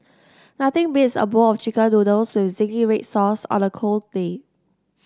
nothing beats a bowl of chicken noodles with zingy red sauce on a cold day